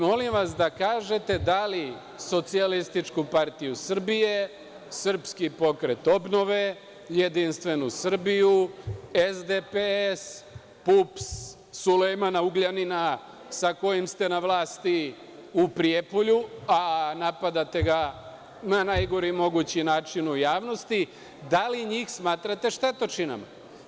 Molim vas da kažete da li Socijalističku partiju Srbije, SPO, JS, SDPS, PUPS, Sulejmana Ugljanina sa kojim ste na vlasti u Prijepolju, a napadate ga na najgori mogući način u javnosti, da li njih smatrate štetočinama?